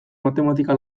matematika